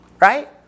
right